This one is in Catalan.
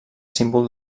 símbol